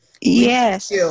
Yes